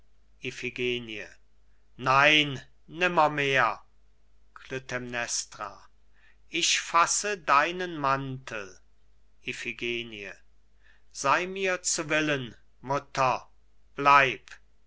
nein nimmermehr klytämnestra ich fasse deinen mantel iphigenie sei mir zu willen mutter bleib